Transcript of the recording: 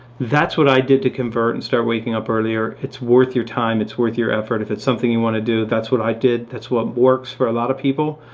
that's what i did to convert and start waking up earlier. it's worth your time, it's worth your effort if it's something you want to do. that's what i did, that's what works for a lot of people.